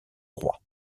roi